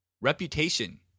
Reputation